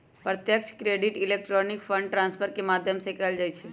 प्रत्यक्ष credit electronic fund transfer के माध्यम से कएल जाइ छइ